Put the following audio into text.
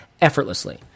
effortlessly